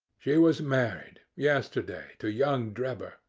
she was married yesterday to young drebber.